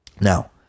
Now